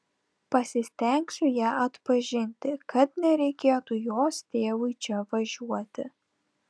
pasistengsiu ją atpažinti kad nereikėtų jos tėvui čia važiuoti